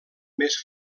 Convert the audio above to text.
més